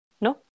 No